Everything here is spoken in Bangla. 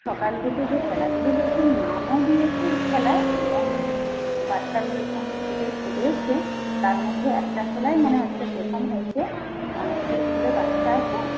সকাল থেকে যে খেলাগুলো হয়েছে নামও দিয়েছে খেলায় এবং বাচ্চাগুলোর সঙ্গে ছুটে খেলেওছে তার মধ্যে একটা খেলায় মনে হচ্ছে প্রথম হয়েছে অনেক তো স্কুলে বাচ্চা আছে